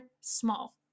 small